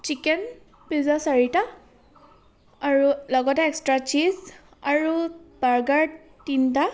chicken pizza চাৰিটা আৰু লগতে এক্সট্ৰা চিজ আৰু বাৰ্গাৰ তিনিটা